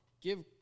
give